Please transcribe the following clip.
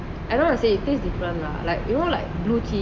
I don't know how to say it taste different lah like you know like blue cheese